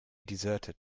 deserted